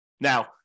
Now